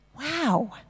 Wow